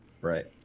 Right